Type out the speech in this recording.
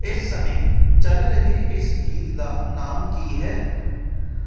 ਇਸ ਸਮੇਂ ਚੱਲ ਰਹੇ ਇਸ ਗੀਤ ਦਾ ਨਾਮ ਕੀ ਹੈ